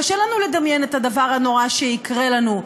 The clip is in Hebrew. קשה לנו לדמיין את הדבר הנורא שיקרה לנו,